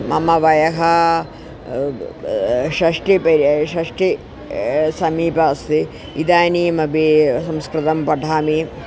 मम वयः षष्ठिपर्यन्तं षष्ठिः समीपे अस्ति इदानीमपि संस्कृतं पठामि